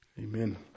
Amen